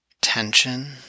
tension